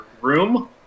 room